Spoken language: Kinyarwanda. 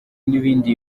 n’ibindi